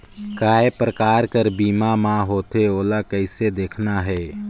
काय प्रकार कर बीमा मा होथे? ओला कइसे देखना है?